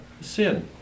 sin